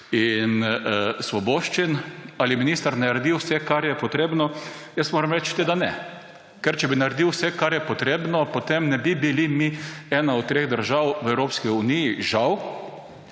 in svoboščin. Ali minister naredi vse, kar je potrebno? Moram reči, da ne. Ker če bi naredil vse, kar je potrebno, potem ne bi bili mi ena od treh držav v Evropski uniji, žal,